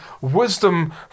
wisdom